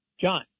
John